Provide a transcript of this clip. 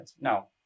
No